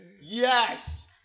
Yes